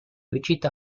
wichita